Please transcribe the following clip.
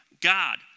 God